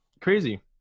Crazy